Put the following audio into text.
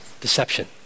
deception